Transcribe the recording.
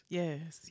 yes